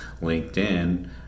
LinkedIn